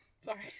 Sorry